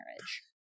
marriage